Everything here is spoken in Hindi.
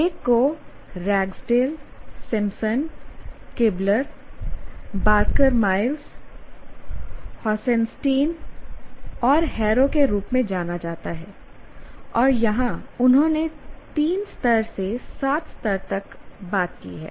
एक को Ragsdale Simpson Kibler Barker Miles Hausenstein और हैरो के रूप में जाना जाता है और यहां उन्होंने 3 स्तर से 7 स्तर तक बात की है